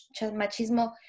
machismo